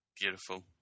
Beautiful